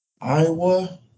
Iowa